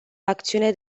acțiune